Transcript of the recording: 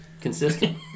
Consistent